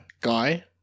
guy